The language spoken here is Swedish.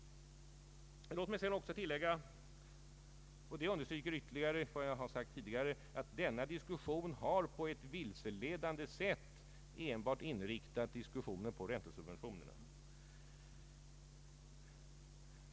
Låt mig sedan tillägga — och det understryker ytterligare vad jag sagt tidigare — att denna diskussion på ett vilseledande sätt enbart har inriktats på räntesubventionerna.